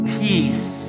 peace